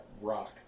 rock